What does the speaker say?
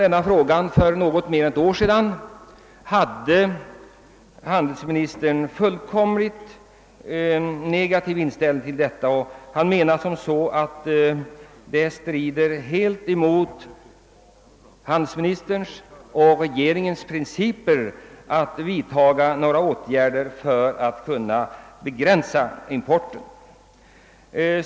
När vi för något mer än ett år sedan diskuterade frågan, var handelsministern fullkomligt negativt inställd. Han ansåg. att ett vidtagande av åtgärder för begränsning av importen helt skulle strida mot hans och regeringens principer.